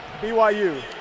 BYU